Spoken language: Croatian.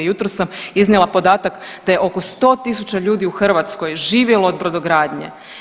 Jutros sam iznijela podatak da je oko 100.000 ljudi u Hrvatskoj živjelo od brodogradnje.